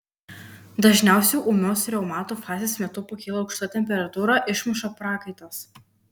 dažniausiai ūmios reumato fazės metu pakyla aukšta temperatūra išmuša prakaitas